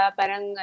parang